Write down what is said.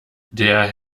der